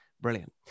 Brilliant